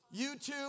YouTube